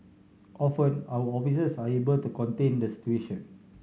often our officers are able to contain the situation